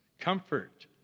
comfort